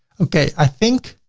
okay. i think.